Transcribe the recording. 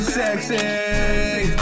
sexy